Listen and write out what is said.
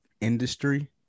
industry